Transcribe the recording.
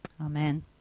Amen